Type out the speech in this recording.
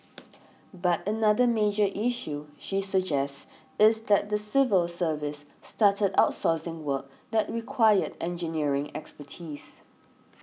but another major issue she suggests is that the civil service started outsourcing work that required engineering expertise